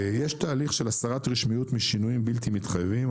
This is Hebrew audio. יש תהליך של הסרת רשמיות משינויים בלתי מתחייבים.